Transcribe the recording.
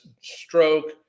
stroke